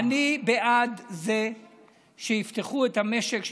אני בעד שיפתחו את המשק,